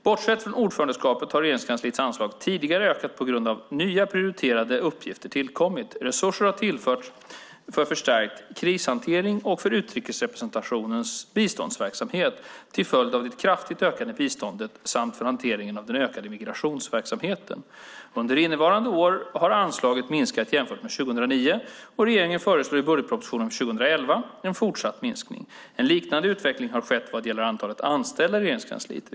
Bortsett från ordförandeskapet har Regeringskansliets anslag tidigare ökat på grund av att nya, prioriterade uppgifter har tillkommit. Resurser har tillförts för förstärkt krishantering och för utrikesrepresentationens biståndsverksamhet till följd av det kraftigt ökade biståndet samt för hanteringen av den ökade migrationsverksamheten. Under innevarande år har anslaget minskat jämfört med 2009, och regeringen föreslår i budgetpropositionen för 2011 en fortsatt minskning. En liknande utveckling har skett vad gäller antalet anställda i Regeringskansliet.